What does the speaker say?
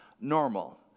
normal